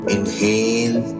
Inhale